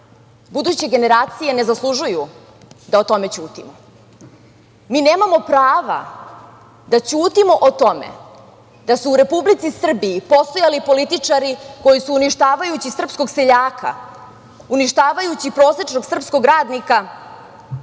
buduće generacije ne zaslužuju da o tome ćutimo. Mi nemamo prava da ćutimo o tome, da se u Republici Srbiji postojali političari koji su uništavajući srpskog seljaka, uništavajući prosečnog srpskog radnika